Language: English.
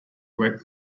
wait